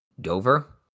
Dover